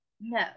no